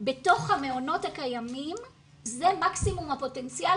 בתוך המעונות הקיימים זה מקסימום הפוטנציאל